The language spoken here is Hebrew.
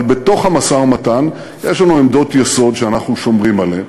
אבל בתוך המשא-ומתן יש לנו עמדות יסוד שאנחנו שומרים עליהן,